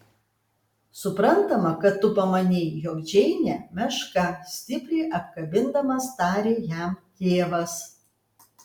suprantama kad tu pamanei jog džeinė meška stipriai apkabindamas tarė jam tėvas